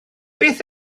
beth